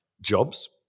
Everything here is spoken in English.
jobs